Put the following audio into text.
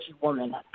woman